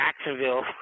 Jacksonville